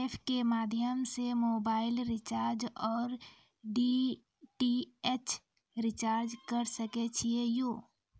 App के माध्यम से मोबाइल रिचार्ज ओर डी.टी.एच रिचार्ज करऽ सके छी यो?